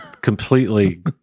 completely